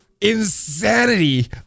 Insanity